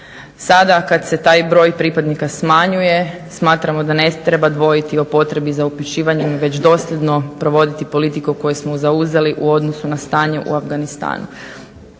Sada kad se taj broj pripadnika smanjuje smatramo da ne treba dvojiti o potrebi za uključivanjem već dosljedno provoditi politiku koju smo zauzeli u odnosu na stanje u Afganistanu.